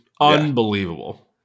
unbelievable